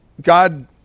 God